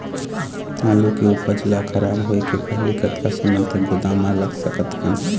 आलू के उपज ला खराब होय के पहली कतका समय तक गोदाम म रख सकत हन?